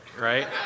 right